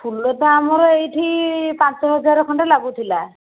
ଫୁଲ ତ ଆମର ଏଇଠି ପାଞ୍ଚ ହଜାର ଖଣ୍ଡେ ଲାଗୁଥିଲା